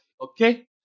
okay